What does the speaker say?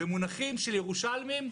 במונחים של ירושלמים,